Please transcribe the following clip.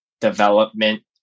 development